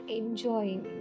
enjoying